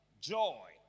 joy